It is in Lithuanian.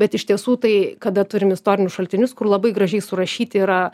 bet iš tiesų tai kada turim istorinius šaltinius kur labai gražiai surašyti yra